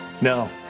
No